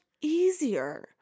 easier